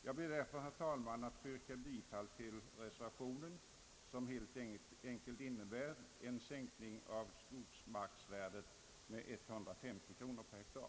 Jag ber således, herr talman, att få yrka bifall till reservationen som helt enkelt innebär en sänkning av skogsvärdet med 150 kronor per hektar.